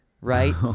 right